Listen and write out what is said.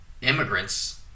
immigrants